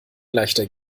leichter